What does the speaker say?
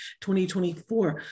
2024